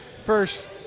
first